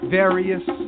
various